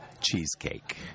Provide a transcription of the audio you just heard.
cheesecake